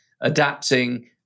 adapting